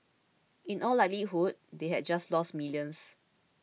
in all likelihood they had just lost millions